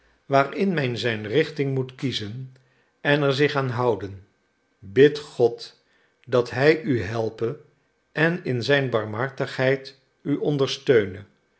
waarin men zijn richting moet kiezen en er zich aan houden bid god dat hij u helpe en in zijn barmhartigheid u ondersteune